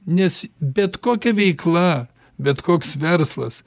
nes bet kokia veikla bet koks verslas